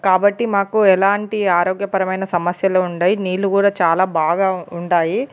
కాబట్టి మాకు ఎలాంటి ఆరోగ్యపరమైన సమస్యలు ఉండవు నీళ్ళు కూడా చాలా బాగా ఉంటాయి